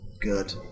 good